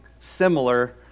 similar